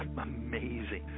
amazing